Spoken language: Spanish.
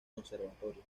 conservatorio